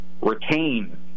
retain